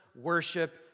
worship